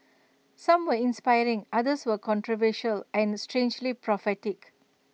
some were inspiring others were controversial and strangely prophetic